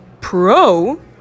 pro